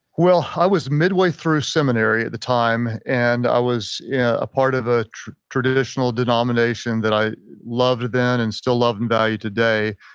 well, i was mid way through seminary at the time and i was yeah a part of a traditional denomination that i loved then and still love and value today.